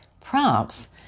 prompts